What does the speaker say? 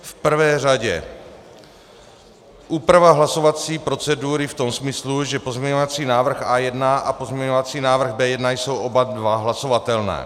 V prvé řadě úprava hlasovací procedury v tom smyslu, že pozměňovací návrh A1 a pozměňovací návrh B1 jsou oba dva hlasovatelné.